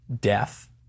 death